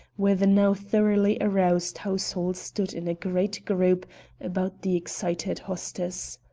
where the now thoroughly-aroused household stood in a great group about the excited hostess.